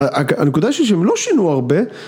הנקודה היא שהם לא שינו הרבה